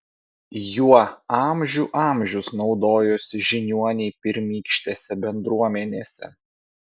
juo amžių amžius naudojosi žiniuoniai pirmykštėse bendruomenėse